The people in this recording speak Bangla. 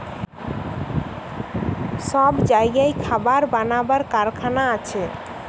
সব জাগায় খাবার বানাবার কারখানা আছে